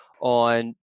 on